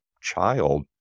child